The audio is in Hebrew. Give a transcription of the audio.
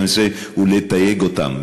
12 ולתייג אותם,